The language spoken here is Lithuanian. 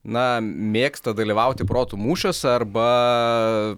na mėgsta dalyvauti protų mūšiuose arba